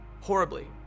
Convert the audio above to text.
horribly